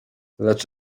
lecz